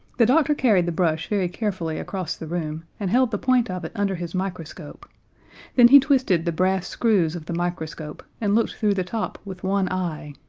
the doctor carried the brush very carefully across the room, and held the point of it under his microscope then he twisted the brass screws of the microscope, and looked through the top with one eye.